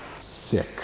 sick